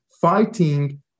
fighting